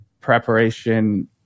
preparation